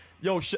yo